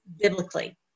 biblically